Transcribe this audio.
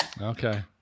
Okay